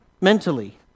mentally